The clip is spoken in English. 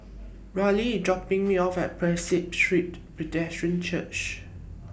Rella IS dropping Me off At Prinsep Street Presbyterian Church